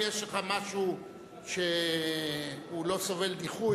אם יש לך משהו שהוא לא סובל דיחוי,